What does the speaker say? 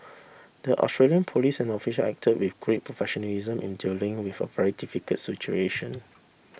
the Australian police and official acted with great professionalism in dealing with a very difficult situation